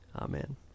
Amen